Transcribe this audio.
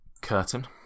curtain